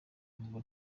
ngo